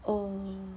oh